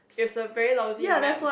is a very lousy map